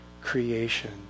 creation